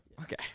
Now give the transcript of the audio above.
Okay